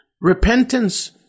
Repentance